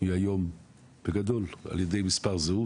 היא היום בגדול על ידי מספר זהות,